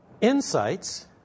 insights